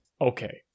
okay